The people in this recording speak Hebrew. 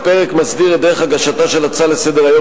הפרק מסדיר את דרך הגשתה של הצעה לסדר-היום